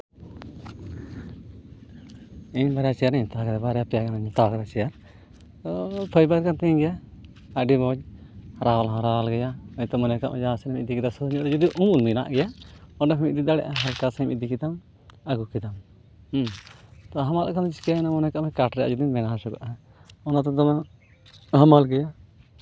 ᱤᱧ ᱵᱟᱨᱭᱟ ᱪᱮᱭᱟᱨᱤᱧ ᱦᱟᱛᱟᱣ ᱠᱟᱫᱟ ᱵᱟᱨᱭᱟ ᱯᱮᱭᱟ ᱜᱟᱱ ᱦᱟᱛᱟᱣ ᱠᱟᱫᱟ ᱪᱮᱭᱟᱨ ᱛᱚ ᱯᱷᱟᱭᱵᱟᱨ ᱠᱟᱱ ᱛᱤᱧ ᱜᱮᱭᱟ ᱟᱹᱰᱤ ᱢᱚᱡᱽ ᱨᱟᱣᱟᱞ ᱦᱚᱸ ᱨᱟᱣᱟᱞ ᱜᱮᱭᱟ ᱦᱳᱭᱛᱳ ᱢᱚᱱᱮ ᱠᱟᱜ ᱢᱮ ᱡᱟᱦᱟᱸᱥᱮᱱ ᱜᱮᱢ ᱤᱫᱤ ᱠᱮᱫᱟ ᱦᱳᱭᱛᱳ ᱥᱩᱨ ᱧᱚᱜ ᱨᱮᱜᱮ ᱡᱩᱫᱤ ᱩᱢᱩᱞ ᱢᱮᱱᱟᱜ ᱜᱮ ᱚᱸᱰᱮ ᱦᱚᱸᱢ ᱤᱫᱤ ᱫᱟᱲᱮᱜᱼᱟ ᱦᱟᱞᱠᱟ ᱥᱟᱺᱦᱤᱡ ᱮᱢ ᱤᱫᱤ ᱠᱮᱫᱟᱢ ᱟᱹᱜᱩ ᱠᱮᱫᱟᱢ ᱦᱟᱱᱟ ᱟᱫᱚ ᱪᱤᱠᱟᱹᱭᱮᱱᱟ ᱢᱚᱱᱮ ᱠᱟᱜ ᱢᱮ ᱠᱟᱴ ᱨᱮᱭᱟᱜ ᱡᱩᱫᱤᱢ ᱵᱮᱱᱟᱣ ᱦᱚᱪᱚ ᱠᱮᱫᱼᱟ ᱚᱱᱟ ᱛᱚ ᱫᱚᱢᱮ ᱦᱟᱢᱟᱞ ᱜᱮᱭᱟ